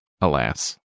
alas